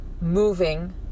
moving